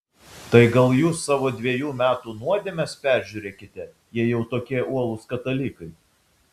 tai gal jūs savo dvejų metų nuodėmes peržiūrėkite jei jau tokie uolūs katalikai